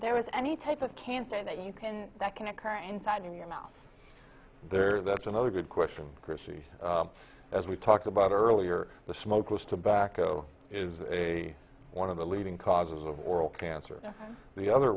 there was any type of cancer that you can that can occur inside of your mouth there that's another good question kristie as we talked about earlier the smokeless tobacco is a one of the leading causes of oral cancer the other